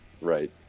Right